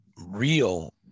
real